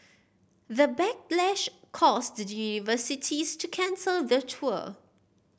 the backlash caused the universities to cancel the tour